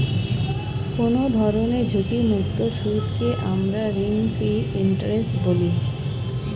কোনো ধরনের ঝুঁকিমুক্ত সুদকে আমরা রিস্ক ফ্রি ইন্টারেস্ট বলি